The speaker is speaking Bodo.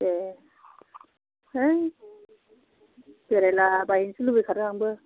ए है बेरायला बायनोसो लुबैखादों आंबो